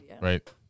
right